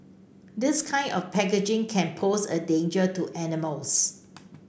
this kind of packaging can pose a danger to animals